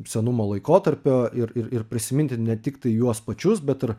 senumo laikotarpio ir ir ir prisiminti ne tik tai juos pačius bet ir